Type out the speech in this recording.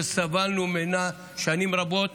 שסבלנו ממנה שנים רבות,